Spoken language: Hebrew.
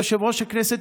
יושב-ראש הכנסת,